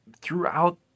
throughout